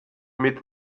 mit